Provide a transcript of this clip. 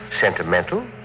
Sentimental